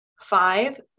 five